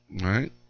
right